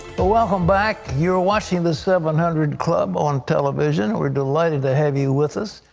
welcome back. you're watching the seven hundred club on television. we're delighted to have you with us,